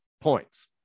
points